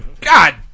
God